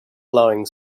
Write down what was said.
blowing